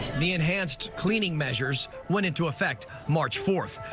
the enhanced cleaning measures went into effect march fourth.